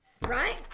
right